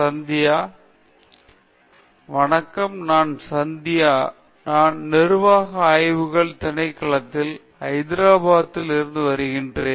சந்தியா வணக்கம் இந்த சந்தியா நான் நிர்வாக ஆய்வுகள் திணைக்களத்தில் ஐதராபாத்தில் இருந்து வருகிறேன்